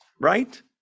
right